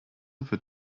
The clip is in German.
wird